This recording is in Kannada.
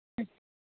ಹ್ಞ್